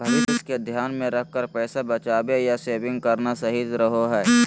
भविष्य के ध्यान मे रखकर पैसा बचावे या सेविंग करना सही रहो हय